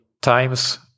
times